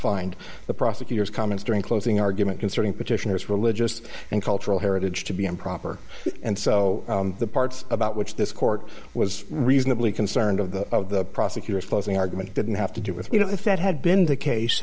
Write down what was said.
find the prosecutor's comments during closing argument concerning petitioners religious and cultural heritage to be improper and so the parts about which this court was reasonably concerned of the prosecutor's closing argument didn't have to do with you know if that had been the case